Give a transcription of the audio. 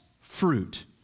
fruit